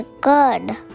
good